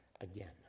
again